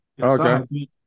okay